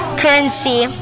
currency